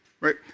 right